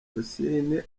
rwasine